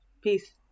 peace